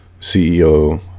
CEO